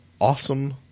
awesome